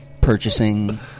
purchasing